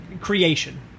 creation